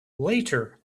later